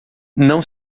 não